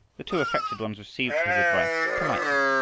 the two affected ones received his advice politely,